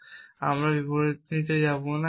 কিন্তু আমরা সেই বিবরণগুলিতে যাব না